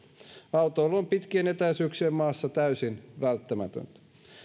autoilu on pitkien etäisyyksien maassa täysin välttämätöntä